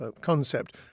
Concept